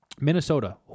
Minnesota